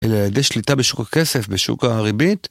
אלא על-די שליטה בשוק הכסף, בשוק הריבית.